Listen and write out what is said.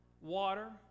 Water